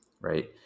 right